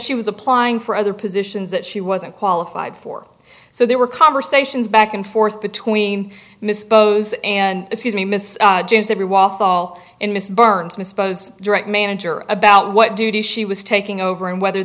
she was applying for other positions that she wasn't qualified for so there were conversations back and forth between miss both and excuse me miss jones every wall fall and mr burns my suppose direct manager about what duties she was taking over and whether